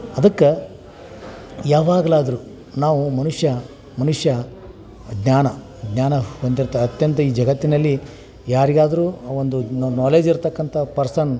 ಅದಕ್ಕೆ ಯಾವಾಗ್ಲಾದ್ರೂ ನಾವು ಮನುಷ್ಯ ಮನುಷ್ಯ ಜ್ಞಾನ ಜ್ಞಾನ ಹೊಂದಿರ್ತೆ ಅತ್ಯಂತ ಈ ಜಗತ್ತಿನಲ್ಲಿ ಯಾರಿಗಾದರೂ ಒಂದು ನಾಲೆಜ್ ಇರತಕ್ಕಂಥ ಪರ್ಸನ್